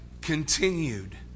continued